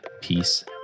Peace